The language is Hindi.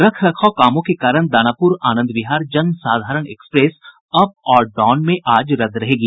रख रखाव कामों के कारण दानापूर आनंद विहार जनसाधारण एक्सप्रेस अप और डाउन में आज रद्द रहेगी